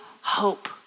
hope